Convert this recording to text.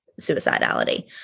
suicidality